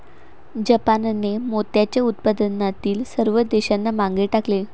जापानने मोत्याच्या उत्पादनातील सर्व देशांना मागे टाकले